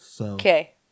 Okay